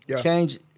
Change